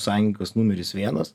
sąjungininkas numeris vienas